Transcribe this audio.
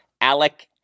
Alec